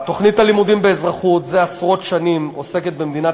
תוכנית הלימודים באזרחות זה עשרות שנים עוסקת במדינת